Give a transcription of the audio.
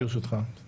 ברשותך.